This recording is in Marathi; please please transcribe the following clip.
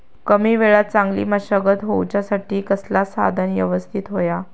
कमी वेळात चांगली मशागत होऊच्यासाठी कसला साधन यवस्तित होया?